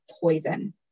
poison